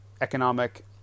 economic